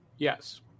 Yes